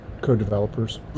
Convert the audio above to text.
co-developers